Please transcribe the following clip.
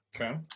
Okay